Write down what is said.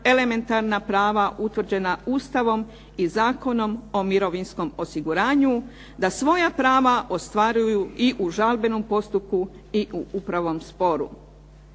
elementarna prava utvrđena Ustavom i Zakonom o mirovinskom osiguranju da svoja prava ostvaruju i u žalbenom postupku i u upravnom sporu.